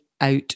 out